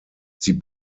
sie